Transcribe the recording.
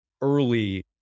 early